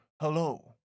Hello